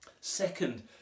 Second